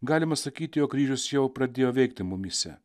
galima sakyti jog kryžius jau pradėjo veikti mumyse